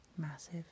massive